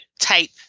type